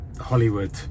Hollywood